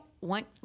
want